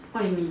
what you mean